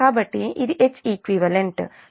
కాబట్టి ఇది Heq